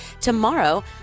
Tomorrow